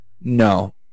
No